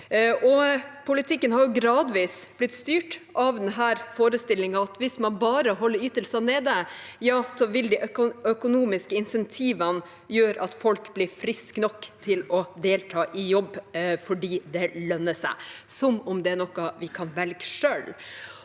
Politikken har gradvis blitt styrt av denne forestillingen om at hvis man bare holder ytelsene nede, vil de økonomiske insentivene gjøre at folk blir friske nok til å delta i jobb, fordi det lønner seg – som om det er noe vi kan velge selv.